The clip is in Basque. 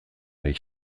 nahi